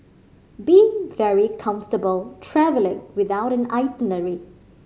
be very comfortable travelling without an itinerary